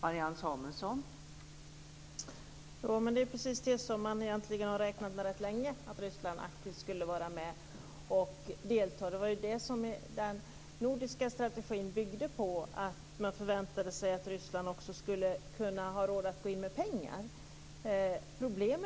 Fru talman! Det är precis det som man har räknat med rätt länge, att Ryssland aktivt skulle vara med och delta. Det var det som den nordiska strategin byggde på, att man förväntade sig att Ryssland också skulle ha råd att gå in med pengar.